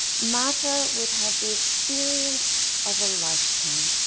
martha would have the experience of a lifetime.